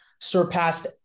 surpassed